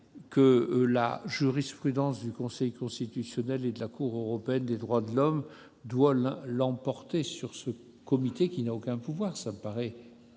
que la jurisprudence du Conseil constitutionnel et de la Cour européenne des droits de l'homme doivent primer sur ce comité qui n'a aucun pouvoir. Cela me paraît aller